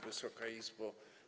Wysoka Izbo!